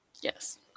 Yes